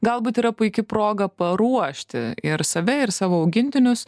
galbūt yra puiki proga paruošti ir save ir savo augintinius